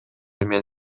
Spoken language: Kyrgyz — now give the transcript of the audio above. мен